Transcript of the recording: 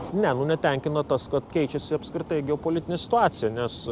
ne netenkino tas kad keičiasi apskritai geopolitinė situacija nes